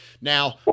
Now